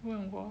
问我